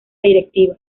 directiva